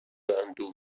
اندوه